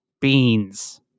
beans